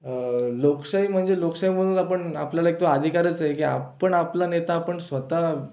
लोकशाही म्हणजे लोकशाही म्हणून आपण आपल्याला एक तो अधिकारच आहे की आपण आपला नेता आपण स्वत